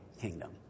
kingdom